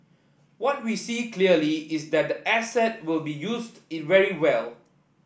what we see clearly is that the asset will be used very well